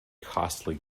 costly